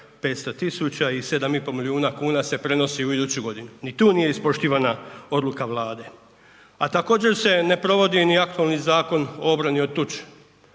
500.000,00 i 7,5 milijuna kuna se prenosi u iduću godinu, ni tu nije ispoštivana odluka Vlada. A također se ne provodi ni aktualni Zakon o obrani od tuče,